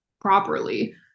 properly